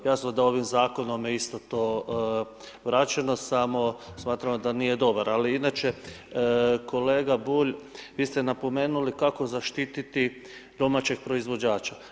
Jasno da ovim Zakonom je isto to vraćeno, samo smatramo da nije dobar, ali inače kolega Bulj, vi ste napomenuli kako zaštititi domaćeg proizvođača.